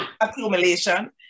accumulation